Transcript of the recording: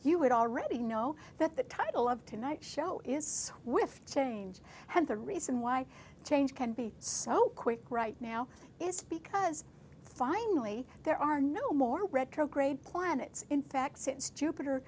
you would already know that the title of tonight's show is with change and the reason why change can be so quick right now is because finally there are no more retrograde planets in fact since jupiter